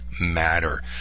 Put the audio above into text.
matter